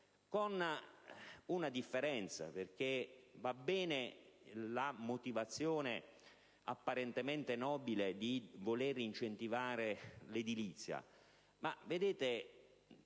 con una differenza. Infatti, va bene la motivazione, apparentemente nobile, di voler incentivare l'edilizia, ma rispetto